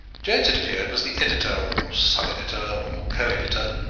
jones, it appeared, was the editor, or sub-editor, or co-editor,